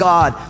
God